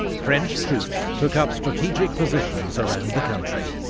french troops took up strategic positions around the country.